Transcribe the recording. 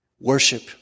Worship